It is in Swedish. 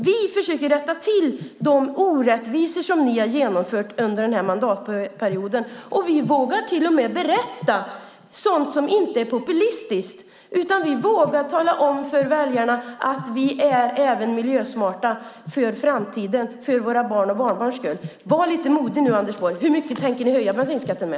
Vi försöker rätta till de orättvisor som ni har genomfört under den här mandatperioden. Vi vågar till och med säga sådant som inte är populistiskt. Vi vågar tala om för väljarna att vi är miljösmarta för framtiden, för våra barns och barnbarns skull. Var lite modig nu, Anders Borg! Hur mycket tänker ni höja bensinskatten med?